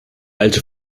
alte